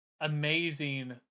amazing